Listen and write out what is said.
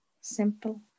simple